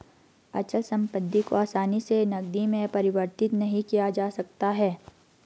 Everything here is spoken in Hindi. अचल संपत्ति को आसानी से नगदी में परिवर्तित नहीं किया जा सकता है